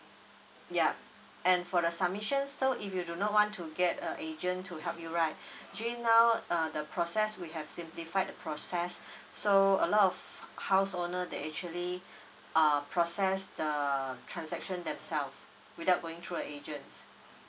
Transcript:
yup and for the submission so if you do not want to get an agent to help you right actually now uh the process we have simplifed the process so a lot of house owner they actually uh process the transaction themselves without going through agents